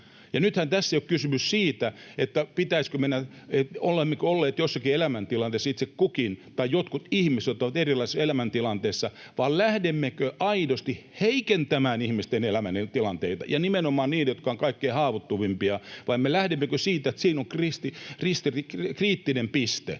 nythän tässä ei ole kysymys siitä, että olemmeko olleet jossakin elämäntilanteessa itse kukin tai että jotkut ihmiset ovat erilaisessa elämäntilanteessa, vaan että lähdemmekö aidosti heikentämään ihmisten elämäntilanteita ja nimenomaan niiden, jotka ovat kaikkein haavoittuvimpia, vai lähdemmekö siitä, että siinä on kriittinen piste